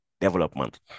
development